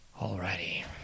Alrighty